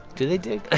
do they dig? ah